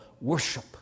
worship